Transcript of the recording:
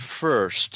first